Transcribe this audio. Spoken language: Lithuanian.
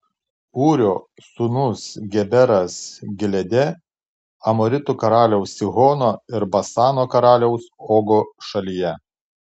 ūrio sūnus geberas gileade amoritų karaliaus sihono ir basano karaliaus ogo šalyje